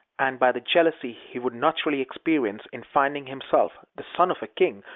and by the jealousy he would naturally experience in finding himself, the son of a king,